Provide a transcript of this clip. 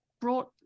brought